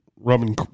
rubbing